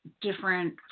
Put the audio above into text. different